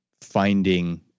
finding